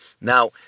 Now